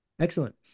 Excellent